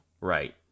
Right